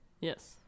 yes